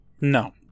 No